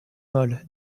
molle